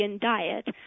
diet